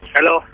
Hello